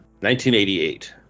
1988